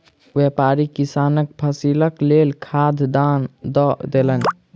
व्यापारी किसानक फसीलक लेल खाद दान दअ देलैन